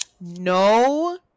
no